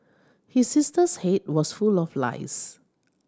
his sister's head was full of lice